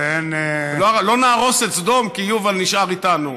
לא נהרוס את סדום, כי יובל נשאר איתנו.